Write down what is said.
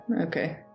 Okay